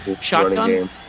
shotgun